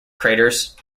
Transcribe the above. craters